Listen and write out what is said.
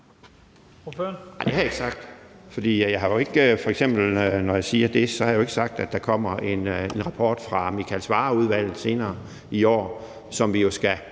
det har jeg ikke sagt, for når jeg f.eks. siger det, har jeg jo ikke sagt, at der kommer en rapport fra Michael Svarer-udvalget senere i år, som vi jo på